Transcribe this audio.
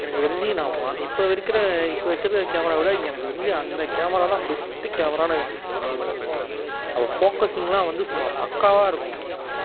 எனக்கு தெரிஞ்சு நான் வா இப்போ இருக்கிற இப்போ வச்சிருக்க கேமராவை விட எனக்கு தெரிஞ்சு அந்த கேமரா தான் பெஸ்ட்டு கேமரானு சொல்லுவேன் அது ஃபோக்கஸிங்லாம் வந்து சும்மா பக்காவாக இருக்கும் அந்த